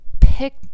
pick